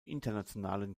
internationalen